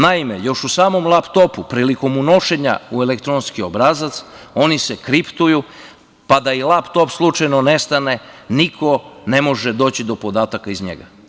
Naime, još u samom laptopu prilikom unošenja u elektronski obrazac oni se kriptuju, pa da laptop slučajno ne stane niko ne može doći do podataka iz njega.